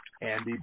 Andy